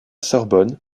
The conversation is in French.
sorbonne